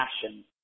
passion